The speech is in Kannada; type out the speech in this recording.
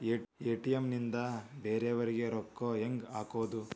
ಎ.ಟಿ.ಎಂ ನಿಂದ ಬೇರೆಯವರಿಗೆ ರೊಕ್ಕ ಹೆಂಗ್ ಹಾಕೋದು?